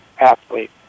athlete